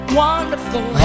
wonderful